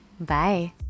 Bye